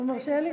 אתה מרשה לי?